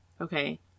Okay